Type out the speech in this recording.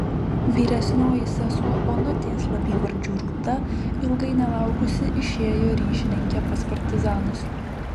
vyresnioji sesuo onutė slapyvardžiu rūta ilgai nelaukusi išėjo ryšininke pas partizanus